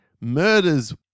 murders